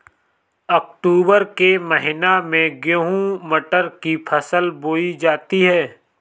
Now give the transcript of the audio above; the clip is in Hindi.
अक्टूबर के महीना में गेहूँ मटर की फसल बोई जाती है